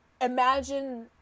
imagine